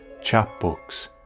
chapbooks